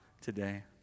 today